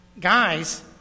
Guys